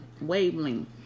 wavelength